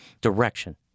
direction